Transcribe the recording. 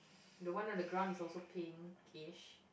the one on the ground is also pinkish